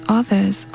others